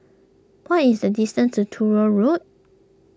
what is the distance to Truro Road